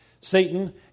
Satan